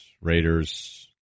Raiders